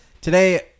today